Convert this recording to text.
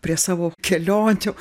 prie savo kelionių